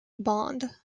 bond